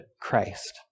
Christ